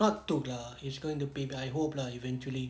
bab tu lah he's going to pay back I hope lah eventually